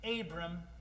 Abram